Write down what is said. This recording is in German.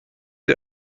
sie